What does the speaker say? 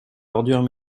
ordures